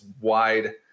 wide